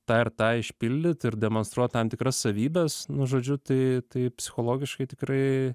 tą ir tą išpildyt ir demonstruot tam tikras savybes nu žodžiu tai tai psichologiškai tikrai